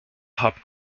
hop